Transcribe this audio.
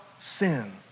sin